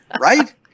Right